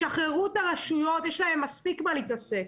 שחררו את הרשויות, יש להן מספיק במה להתעסק.